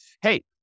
hey